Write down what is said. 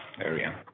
area